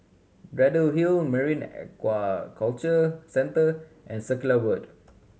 Braddell Hill Marine Aquaculture Centre and Circular Road